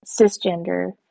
cisgender